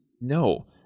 No